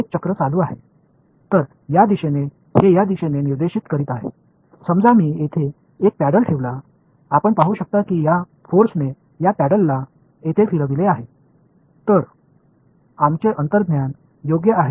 இவைகள் இந்த திசையையும் அவைகள் இந்த திசையையும் சுட்டிக்காட்டுகின்றன இவை இந்த திசையில் சுட்டிக்காட்டுகின்றன நான் இங்கே ஒரு துடுப்பை இது மாதிரி வைத்தால் இந்த சக்திகள் இந்த துடுப்பை இங்கே சுழற்ற வைக்கும் என்பதை நீங்கள் காணலாம்